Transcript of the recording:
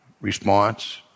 response